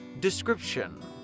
Description